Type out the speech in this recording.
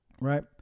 Right